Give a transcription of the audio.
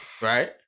Right